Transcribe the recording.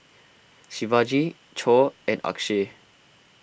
Shivaji Choor and Akshay